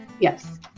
Yes